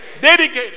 Dedicated